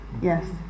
Yes